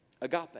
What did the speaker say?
agape